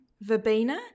verbena